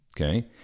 okay